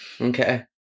okay